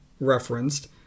referenced